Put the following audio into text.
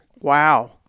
Wow